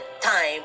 time